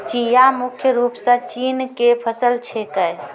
चिया मुख्य रूप सॅ चीन के फसल छेकै